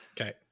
Okay